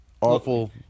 awful